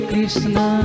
Krishna